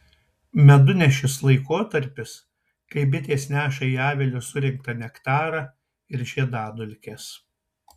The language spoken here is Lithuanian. medunešis laikotarpis kai bitės neša į avilius surinktą nektarą ir žiedadulkes